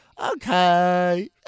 Okay